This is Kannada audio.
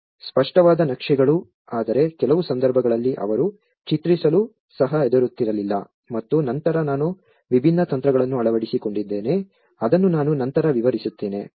ಸ್ಪಷ್ಟವಾದ ನಕ್ಷೆಗಳು ಆದರೆ ಕೆಲವು ಸಂದರ್ಭಗಳಲ್ಲಿ ಅವರು ಚಿತ್ರಿಸಲು ಸಹ ಹೆದರುತ್ತಿರಲಿಲ್ಲ ಮತ್ತು ನಂತರ ನಾನು ವಿಭಿನ್ನ ತಂತ್ರಗಳನ್ನು ಅಳವಡಿಸಿಕೊಂಡಿದ್ದೇನೆ ಅದನ್ನು ನಾನು ನಂತರ ವಿವರಿಸುತ್ತೇನೆ